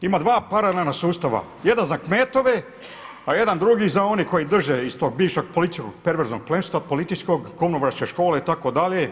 Ima dva paralelna sustava, jedan za kmetove, a jedan drugi za one koji drže iz tog bivšeg političkog perverznog plemstva političkog … škole itd.